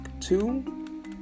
two